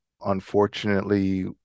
Unfortunately